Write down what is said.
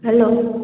hello